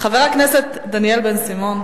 חבר הכנסת דניאל בן-סימון,